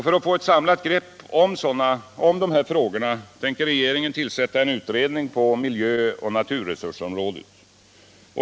För att få ett samlat grepp om dessa frågor tänker regeringen tillsätta en utredning på miljöoch naturresursområdet.